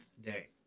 day